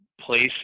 place